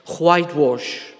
whitewash